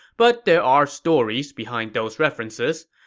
but there are stories behind those references.